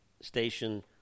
Station